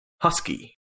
husky